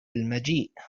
المجيء